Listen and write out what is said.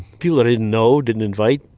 people that i didn't know, didn't invite,